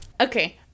Okay